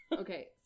Okay